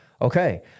okay